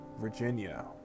Virginia